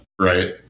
right